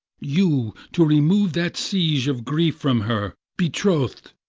you, to remove that siege of grief from her, betroth'd,